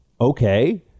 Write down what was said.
Okay